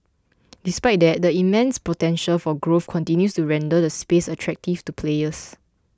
despite that the immense potential for growth continues to render the space attractive to players